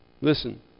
Listen